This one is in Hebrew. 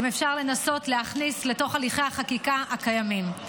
אם אפשר לנסות להכניס לתוך הליכי החקיקה הקיימים,